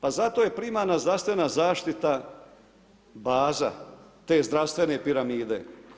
Pa zato je primarna zdravstvena zaštita, baza te zdravstvene piramide.